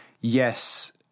yes